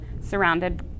surrounded